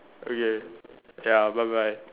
okay ya bye bye